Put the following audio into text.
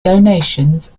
donations